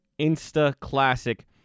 insta-classic